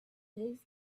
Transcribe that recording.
his